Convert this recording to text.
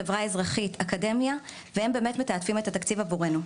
חברה אזרחית ואנשי אקדמיה והם מתעדפים את התקציב עבורנו.